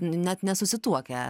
net nesusituokę